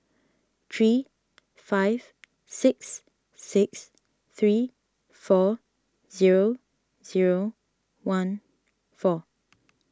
three five six six three four zero zero one four